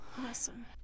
Awesome